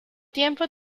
tiempo